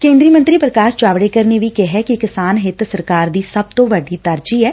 ਕੇਂ ਦਰੀ ਮੰਤਰੀ ਪ੍ਰਕਾਸ਼ ਜਾਵੜੇਕਰ ਨੇ ਵੀ ਕਿਹੈ ਕਿ ਕਿਸਾਨ ਹਿੱਤ ਸਰਕਾਰ ਦੀ ਸਭ ਤੋਂ ਵੱਡੀ ਤਰਜੀਹ ਐ